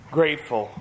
grateful